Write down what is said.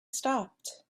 stopped